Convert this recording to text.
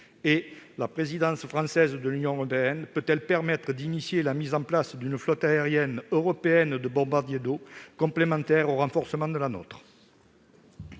? La présidence française de l'Union européenne peut-elle permettre d'engager la mise en place d'une flotte aérienne européenne de bombardiers d'eau, qui complétera et renforcera la nôtre ?